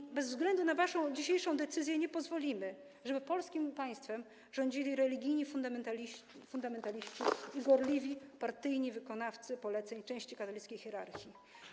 I bez względu na waszą dzisiejszą decyzję nie pozwolimy, żeby polskim państwem rządzili religijni fundamentaliści i gorliwi, partyjni wykonawcy poleceń części katolickiej hierarchii.